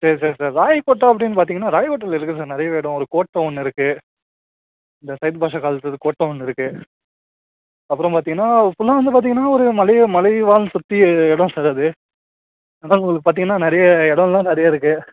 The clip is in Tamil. சேரி சரி சார் ராயக்கோட்டம் அப்டின்னு பாத்திங்கன்னா ராயக்கோட்டமில் இருக்குது சார் நிறைய இடம் ஒரு கோட்டம் ஒன்று இருக்குது இந்த சைட் பஸ் கோட்டம் ஒன்று இருக்குது அப்புறம் பார்த்திங்கன்னா சும்மா வந்து பார்த்திங்கன்னா ஒரு மலையை மலை வாழ் சுற்றி இடம் சார் அது அதுதான் உங்களுக்கு பார்த்திங்கன்னா நிறைய இடலான் நிறைய இருக்குது